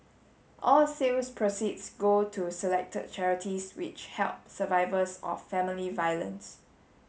all sales proceeds go to selected charities which help survivors of family violence